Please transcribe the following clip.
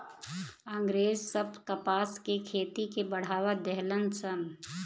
अँग्रेज सब कपास के खेती के बढ़ावा देहलन सन